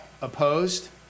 opposed